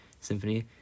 Symphony